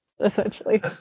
essentially